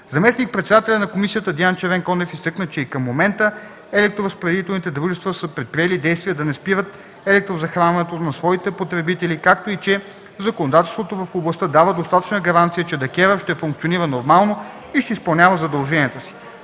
Заместник-председателят на комисията Диан Червенкондев изтъкна, че и към момента електроразпределителните дружества са предприели действия да не спират електрозахранването на своите потребители, както и че законодателството в областта дава достатъчна гаранция, че ДКЕВР ще функционира нормално и ще изпълнява задълженията си.